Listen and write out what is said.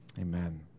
Amen